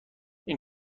این